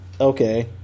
okay